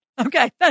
Okay